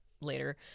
later